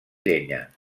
llenya